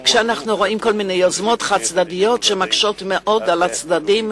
כאשר אנחנו רואים כל מיני יוזמות חד-צדדיות שמקשות מאוד על הצדדים,